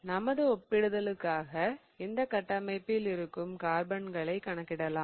நமது ஒப்பிடுதலுக்காக இந்த கட்டமைப்பில் இருக்கும் கார்பன்களை கணக்கிடலாம்